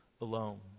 alone